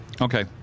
Okay